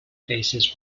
faces